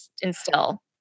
instill